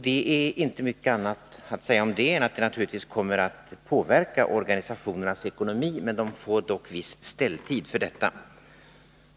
Det är inte mycket annat att säga om detta än att det naturligtvis kommer att påverka organisationernas ekonomi. De får dock viss ställtid för detta.